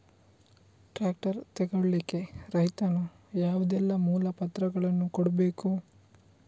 Tractor ತೆಗೊಳ್ಳಿಕೆ ರೈತನು ಯಾವುದೆಲ್ಲ ಮೂಲಪತ್ರಗಳನ್ನು ಕೊಡ್ಬೇಕು?